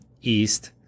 East